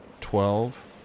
twelve